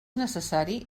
necessari